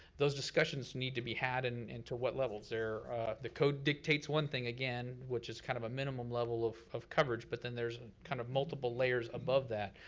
those discussions need to be had and and to what levels. the code dictates one thing, again, which is kind of a minimum level of of coverage, but then there's kind of multiple layers above that.